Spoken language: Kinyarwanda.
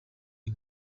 iyi